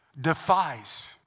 defies